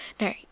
no